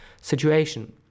situation